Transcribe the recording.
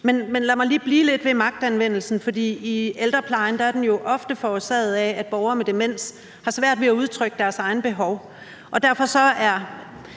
Men lad mig lige blive lidt ved magtanvendelsen, for i ældreplejen er den jo ofte forårsaget af, at borgere med demens har svært ved at udtrykke deres egne behov. Derfor er